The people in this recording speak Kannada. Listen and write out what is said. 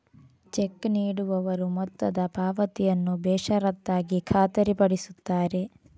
ಚೆಕ್ ನೀಡುವವರು ಮೊತ್ತದ ಪಾವತಿಯನ್ನು ಬೇಷರತ್ತಾಗಿ ಖಾತರಿಪಡಿಸುತ್ತಾರೆ